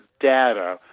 data